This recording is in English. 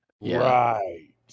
Right